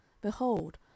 behold